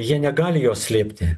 jie negali jos slėpti